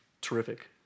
terrific